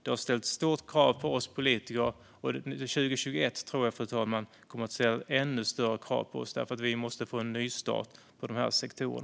Det har ställt stora krav på oss politiker, och jag tror att 2021 kommer att ställa ännu större krav på oss, för vi måste få en nystart i dessa sektorer.